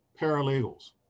paralegals